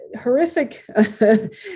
horrific